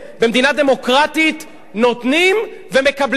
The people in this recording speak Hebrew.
במדינה דמוקרטית נותנים ומקבלים,